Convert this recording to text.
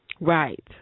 Right